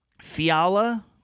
Fiala